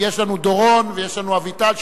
יש לנו דורון ויש לנו אביטל,